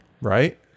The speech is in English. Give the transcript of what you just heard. Right